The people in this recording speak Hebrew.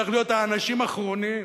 צריכה להיות: האנשים אחרונים.